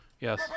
Yes